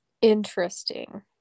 Interesting